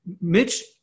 Mitch